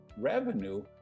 revenue